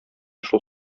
шул